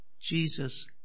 Jesus